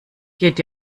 geht